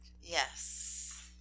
yes